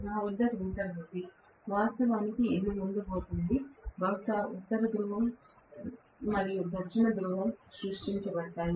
నా వద్ద రోటర్ ఉంది వాస్తవానికి ఇది ఉండబోతోంది బహుశా ఉత్తర ధ్రువం మరియు దక్షిణ ధృవం సృష్టించబడ్డాయి